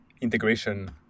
integration